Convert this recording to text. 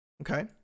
Okay